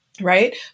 right